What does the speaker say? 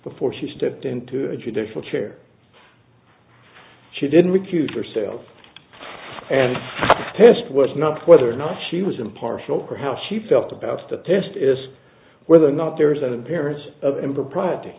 before she stepped into a judicial chair she didn't recuse herself and the test was not whether or not she was impartial or how she felt about the test is whether or not there is an appearance of impropriety